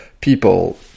people –